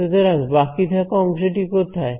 সুতরাং বাকি থাকা অংশটি কোথায়